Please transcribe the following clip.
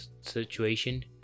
situation